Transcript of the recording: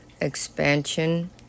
Expansion